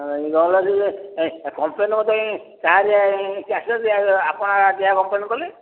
ନ ହେଲା ଯଦି କମ୍ପ୍ଲେନ୍ ମୋତେ କ୍ୟାସ ଆପଣ କମ୍ପ୍ଲେନ୍ କଲେ